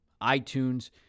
iTunes